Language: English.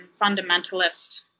fundamentalist